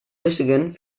michigan